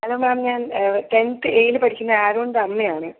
hello ma'am ഞാൻ tenth എയിൽ പഠിക്കുന്ന ആരോൺൻ്റമ്മയാണ്